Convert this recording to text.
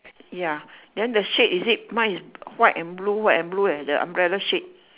ya then the shade is it mine is white and blue white and blue the umbrella shade